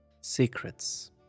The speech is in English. Secrets